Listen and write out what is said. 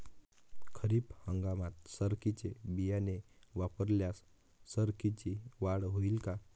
खरीप हंगामात सरकीचे बियाणे वापरल्यास सरकीची वाढ होईल का?